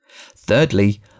Thirdly